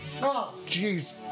jeez